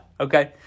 okay